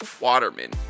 Waterman